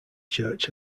church